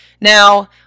Now